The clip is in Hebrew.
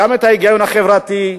גם את ההיגיון החברתי,